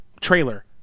trailer